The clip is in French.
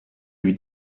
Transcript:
lui